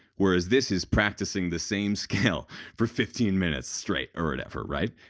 whereas, this is practicing the same skill for fifteen minutes straight, or whatever, right?